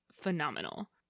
phenomenal